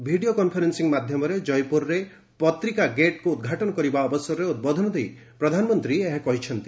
video conferencing ମାଧ୍ୟମରେ ଜୟପୁରରେ ପତ୍ରିକା ଗେଟ୍କୁ ଉଦ୍ଘାଟନ କରିବା ଅବସରରେ ଉଦ୍ବୋଧନ ଦେଇ ପ୍ରଧାନମନ୍ତ୍ରୀ ଏହା କହିଛନ୍ତି